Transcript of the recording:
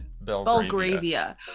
Belgravia